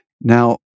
Now